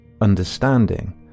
Understanding